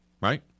right